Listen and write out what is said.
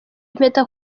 impeta